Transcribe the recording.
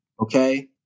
okay